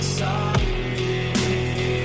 sorry